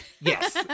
Yes